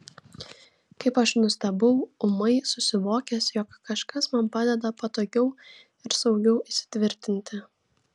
kaip aš nustebau ūmai susivokęs jog kažkas man padeda patogiau ir saugiau įsitvirtinti